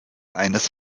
eines